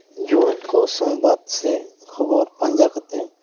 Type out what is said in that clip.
ᱡᱩᱣᱟᱹᱱ ᱠᱚ ᱥᱚᱝᱵᱟᱫ ᱥᱮ ᱠᱷᱚᱵᱚᱨ ᱯᱟᱸᱡᱟ ᱠᱟᱛᱮᱫ